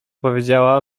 powiedziała